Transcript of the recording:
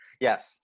Yes